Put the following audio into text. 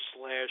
Slash